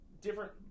different